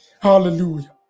Hallelujah